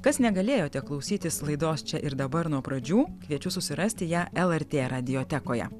kas negalėjote klausytis laidos čia ir dabar nuo pradžių kviečiu susirasti ją lrt radiotekoje